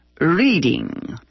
reading